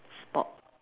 sport